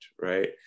right